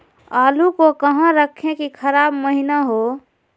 आलू को कहां रखे की खराब महिना हो?